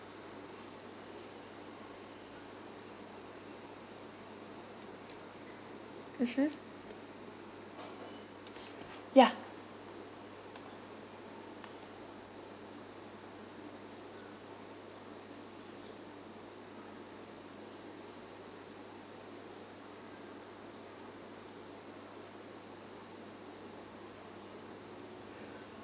mmhmm ya